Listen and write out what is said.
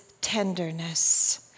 tenderness